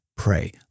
pray